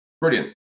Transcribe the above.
brilliant